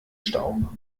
stau